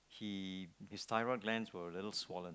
he his thyroid glands were a little swollen